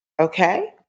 okay